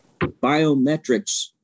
biometrics